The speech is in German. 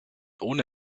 ohne